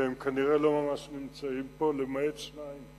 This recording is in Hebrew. והם כנראה לא ממש נמצאים פה, למעט שניים.